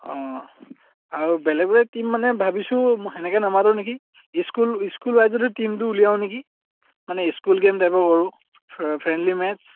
অঁ আৰু বেলেগ বেলেগ টীম মানে ভাবিছোঁ সেনেকে নামাতো নেকি স্কুল স্কুল ৱাইজতো টীমটো উলিয়াও নেকি মানে স্কুল গেম টাইপৰ বাৰু ফ্ৰেণ্ডলি মেটছ